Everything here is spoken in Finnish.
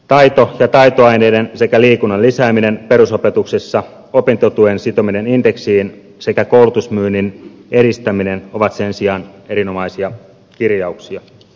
taito ja taideaineiden sekä liikunnan lisääminen perusopetuksessa opintotuen sitominen indeksiin sekä koulutusmyynnin edistäminen ovat sen sijaan erinomaisia kirjauksia